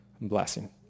blessing